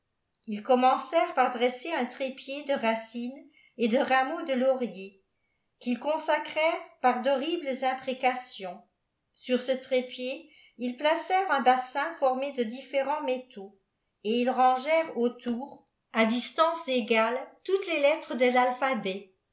ils commencèrent par dresser un trépied de racines et de rameaux de laurier qu'ils copsacrè rent par d'horribles imprécations sur ce trépied ils placèrent un bassin formé de différents métaux et ils rangèrent autour à distance égales toutes les lettres de l'alphabet